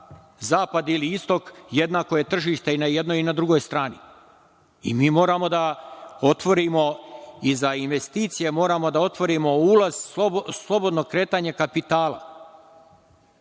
zapad ili istok, jednako je tržište i na jednoj i na drugoj strani. Mi moramo da otvorimo za investicije, moramo da otvorimo ulaz, slobodno kretanje kapitala. Čuli